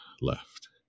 left